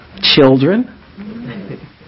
Children